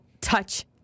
touch